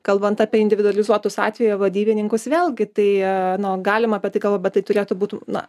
kalbant apie individualizuotus atvejo vadybininkus vėlgi tai a nu galima apie tai kalbą bet tai turėtų būt na